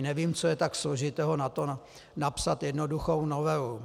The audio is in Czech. Nevím, co je tak složitého na tom, napsat jednoduchou novelu.